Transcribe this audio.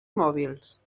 mòbils